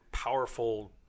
powerful